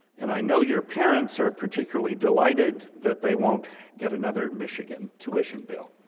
and, i know your parents are particularly delighted that they don't get another michigan tuition bill.